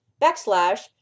backslash